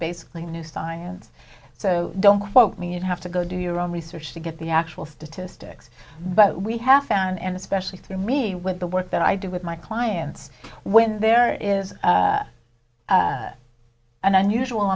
basically new science so don't quote me you have to go do your own research to get the actual statistics but we have found and especially through me with the work that i do with my clients when there is an unusual